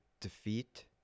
defeat